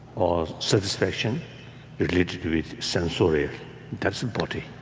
or satisfaction related with sensory types of body.